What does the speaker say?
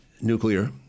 nuclear